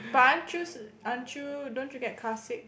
but aren't you aren't you don't you get car sick